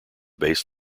bass